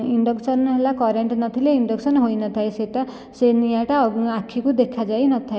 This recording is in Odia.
ଇଣ୍ଡକ୍ସନ ହେଲା କରେଣ୍ଟ ନଥିଲେ ଇଣ୍ଡକ୍ସନ ହୋଇନଥାଏ ସେଟା ସେ ନିଆଁଟା ଆଖିକୁ ଦେଖା ଯାଇନଥାଏ